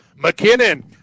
McKinnon